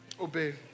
obey